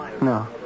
No